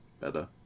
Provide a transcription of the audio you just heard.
better